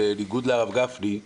בניגוד לרב גפני,